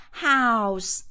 house，